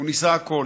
הוא ניסה הכול,